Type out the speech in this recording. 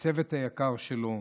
והצוות היקר שלו,